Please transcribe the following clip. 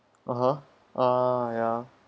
(uh huh) ah ya